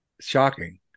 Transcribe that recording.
shocking